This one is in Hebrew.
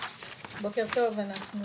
בוקר טוב, אנחנו